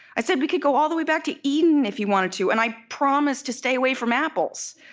i said we could go all the way back to eden if he wanted to, and i promised to stay away from apples.